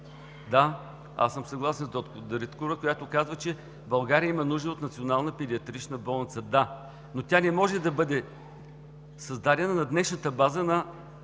Да, аз съм съгласен с доктор Дариткова, която каза, че България има нужда от национална педиатрична болница. Да, но тя не може да бъде създадена на днешната база на